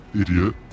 idiot